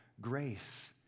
grace